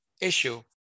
issue